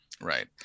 Right